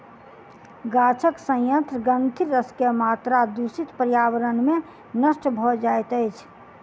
गाछक सयंत्र ग्रंथिरस के मात्रा दूषित पर्यावरण में नष्ट भ जाइत अछि